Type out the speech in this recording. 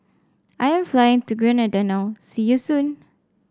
I am flying to Grenada now see you soon